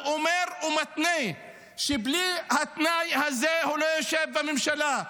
והוא אומר ומתנה שבלי התנאי הזה הוא לא יישב בממשלה.